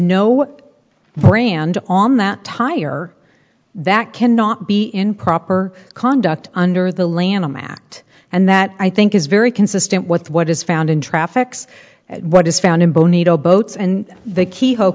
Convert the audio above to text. no brand on that tire that cannot be improper conduct under the lanham act and that i think is very consistent with what is found in traffics what is found in bonita boats and the keyhole